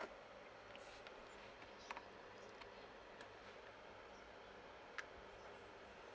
um